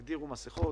תגדירו מסכות,